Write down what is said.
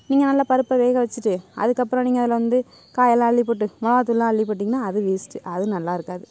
நீங்கள் நல்லா பருப்பை வேக வச்சுட்டு அதுக்கப்புறம் நீங்கள் அதில் வந்து காயெல்லாம் அள்ளி போட்டு மிளவா தூளெலாம் அள்ளி போட்டிங்ன்னால் அது வேஸ்ட்டு அது நல்லாயிருக்காது